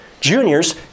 Juniors